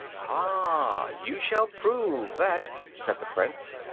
ah, you shall prove that, said the prince.